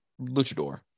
luchador